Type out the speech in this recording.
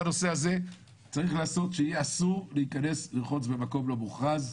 בנושא הזה צריך לעשות שיהיה אסור לרחוץ במקום לא מוכרז.